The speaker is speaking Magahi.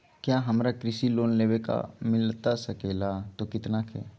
क्या हमारा कृषि लोन लेवे का बा मिलता सके ला तो कितना के?